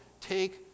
take